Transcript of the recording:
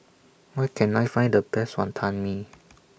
Where Can I Find The Best Wonton Mee